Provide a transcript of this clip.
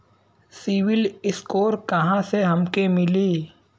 CIBIL score कहाँसे हमके मिली?